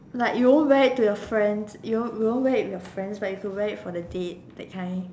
like you won't wear it to your friends you won't you won't wear it with your friends but you could wear for the date that kind